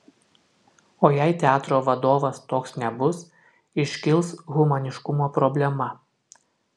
o jei teatro vadovas toks nebus iškils humaniškumo problema